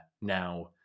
now